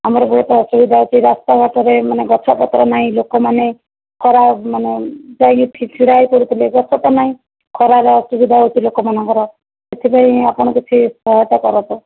ଆମର ବହୁତ ଅସୁବିଧା ହେଉଛି ରାସ୍ତା ଘାଟରେ ମାନେ ଗଛ ପତ୍ର ନାହିଁ ଲୋକମାନେ ଖରା ମାନେ ଯାଇକି ଛିଡ଼ା ହୋଇ ପଡ଼ୁଥିଲେ ଏବେ ଗଛ ତ ନାହିଁ ଖରାରେ ଅସୁବିଧା ହେଉଛି ଲୋକମାନଙ୍କର ସେଥିପାଇଁ ଆପଣ କିଛି ସହାୟତା କରନ୍ତୁ